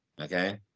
okay